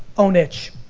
own itch.